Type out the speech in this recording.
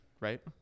right